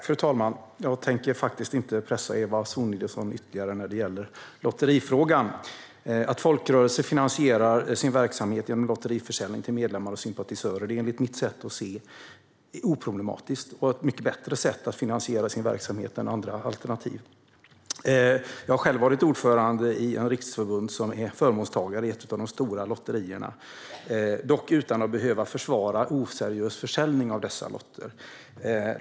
Fru talman! Jag tänker inte pressa Eva Sonidsson ytterligare i lotterifrågan. Att folkrörelser finansierar sin verksamhet genom lotteriförsäljning till medlemmar och sympatisörer är, enligt mitt sätt att se det, oproblematiskt och ett mycket bättre sätt att finansiera sin verksamhet än andra alternativ. Jag har själv varit ordförande i ett riksförbund som är förmånstagare i ett av de stora lotterierna - dock utan att behöva försvara oseriös försäljning av dessa lotter.